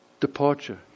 departure